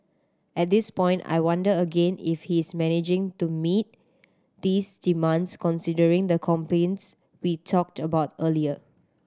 at this point I wonder again if he's managing to meet these demands considering the complaints we talked about earlier